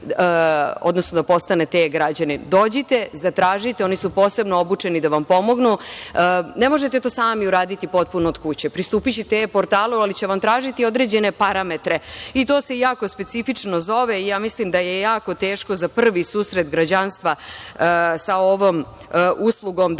odnosno da postanete e-građanin, dođite, zatražite, oni su posebno obučeni da vam pomognu. Ne možete to sami uraditi potpuno od kuće. Pristupićete e-portalu, ali će vam tražiti određene parametre i to se jako specifično zove. Ja mislim da je jako teško za prvi susret građanstva sa ovom uslugom da